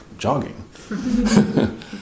Jogging